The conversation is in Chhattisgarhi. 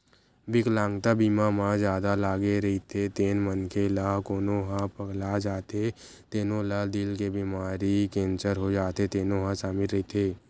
बिकलांगता बीमा म जादा लागे रहिथे तेन मनखे ला कोनो ह पगला जाथे तेनो ला दिल के बेमारी, केंसर हो जाथे तेनो ह सामिल रहिथे